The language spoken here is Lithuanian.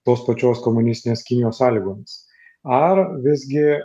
tos pačios komunistinės kinijos sąlygomis ar visgi